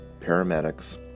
paramedics